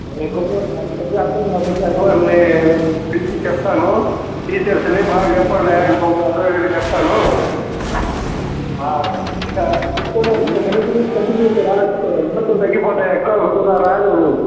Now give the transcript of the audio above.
నీకు సరిగా అర్థం కాకపోతే అయ్యవారిని నేను పిలిచి చెప్తాను టీచర్స్ని బాగా చెప్పండి అయ్యా ఇంకొంచెం అర్థం అయ్యేటట్టు చెప్తాను ఇక నుంచి ముందు కంటిన్యూగా రా కిష్టయ్య మార్కులు తగ్గిపోతాయి ఎగ్జామ్స్ కూడా రాయలేవు నువ్వు